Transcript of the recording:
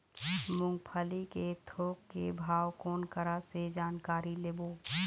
मूंगफली के थोक के भाव कोन करा से जानकारी लेबो?